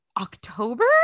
October